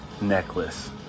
necklace